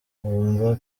bumva